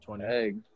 Egg